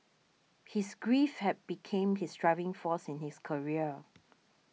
his grief had became his driving force in his career